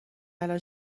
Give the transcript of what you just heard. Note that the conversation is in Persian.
الان